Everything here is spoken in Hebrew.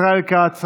ישראל כץ,